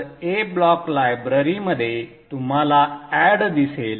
तर A block लायब्ररीमध्ये तुम्हाला एड दिसेल